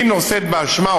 היא נושאת באשמה.